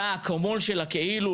זה האקמול של הכאילו,